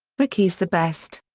rickey's the best!